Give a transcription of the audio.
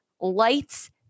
lights